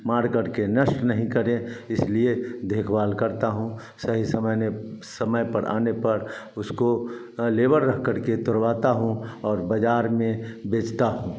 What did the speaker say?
मारकर के नष्ट नहीं करें इसलिए देखभाल करता हूँ सही से मैंने समय पर आने पर उसको लेबर रखकर के तुड़वाता हूँ और बज़ार में बेचता हूँ